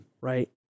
right